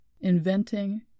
inventing